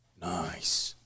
nice